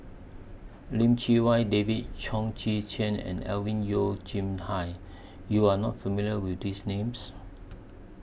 Lim Chee Wai David Chong Tze Chien and Alvin Yeo Hai YOU Are not familiar with These Names